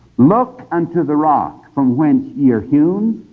look unto the rock from whence ye were hewn,